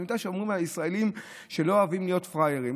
אני יודע שאומרים שהישראלים לא אוהבים להיות פראיירים,